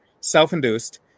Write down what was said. self-induced